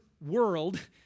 world